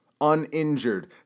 uninjured